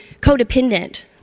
codependent